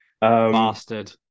Mastered